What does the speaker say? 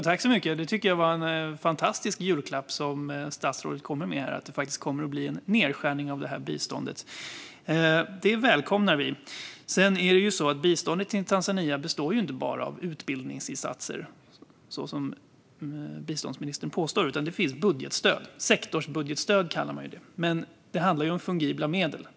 Fru talman! Tack så mycket! Det är en fantastisk julklapp från statsrådet att det faktiskt kommer att bli en nedskärning av biståndet. Det välkomnar vi. Biståndet till Tanzania består inte bara av utbildningsinsatser, så som biståndsministern påstår, utan det finns sektorsbudgetstöd. Men det handlar om fungibla medel.